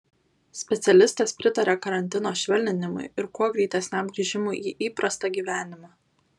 specialistas pritaria karantino švelninimui ir kuo greitesniam grįžimui į įprastą gyvenimą